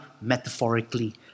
metaphorically